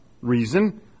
Reason